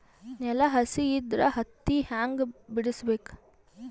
ನೆಲ ಹಸಿ ಇದ್ರ ಹತ್ತಿ ಹ್ಯಾಂಗ ಬಿಡಿಸಬೇಕು?